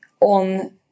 on